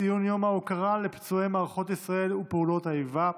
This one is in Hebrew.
ציון יום ההוקרה לפצועי מערכות ישראל ופעולות האיבה,